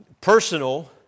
personal